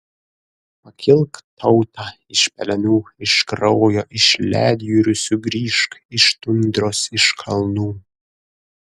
pakilk tauta iš pelenų iš kraujo iš ledjūrių sugrįžk iš tundros iš kalnų